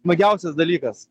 smagiausias dalykas